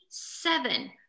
seven